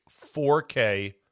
4K